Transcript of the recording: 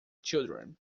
children